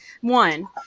One